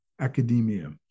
academia